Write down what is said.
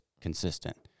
consistent